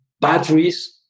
Batteries